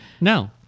No